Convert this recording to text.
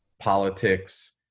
politics